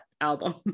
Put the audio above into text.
album